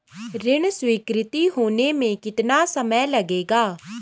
ऋण स्वीकृति होने में कितना समय लगेगा?